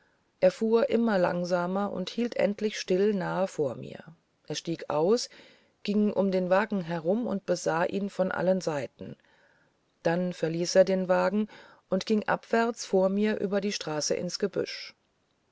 er fuhr immer langsamer und hielt endlich still nahe vor mir er stieg aus ging um den wagen herum besah ihn von allen seiten dann verließ er den wagen und ging abwärts vor mir über die straße ins gebüsch